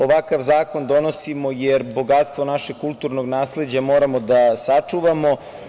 Ovakav zakon donosimo jer bogatstvo našeg kulturnog nasleđa moramo da sačuvamo.